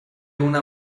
una